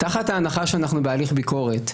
תחת ההנחה שאנחנו בהליך ביקורת,